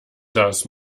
das